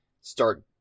start